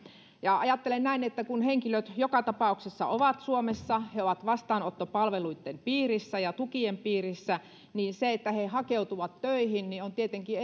ajattelen näin että kun henkilöt joka tapauksessa ovat suomessa he ovat vastaanottopalveluitten piirissä ja tukien piirissä niin se että he hakeutuvat töihin on tietenkin